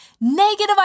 negative